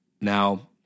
Now